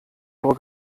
vor